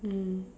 mm